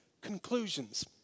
conclusions